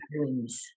dreams